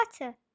water